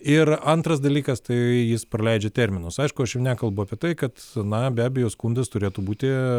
ir antras dalykas tai jis praleidžia terminus aišku aš jau nekalbu apie tai kad na be abejo skundas turėtų būti